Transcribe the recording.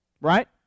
Right